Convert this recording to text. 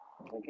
okay